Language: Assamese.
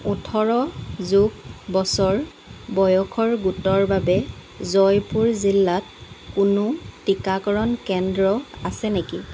ওঠৰ যোগ বছৰ বয়সৰ গোটৰ বাবে জয়পুৰ জিলাত কোনো টীকাকৰণ কেন্দ্ৰ আছে নেকি